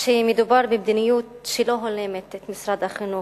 שמדובר במדיניות שלא הולמת את משרד החינוך,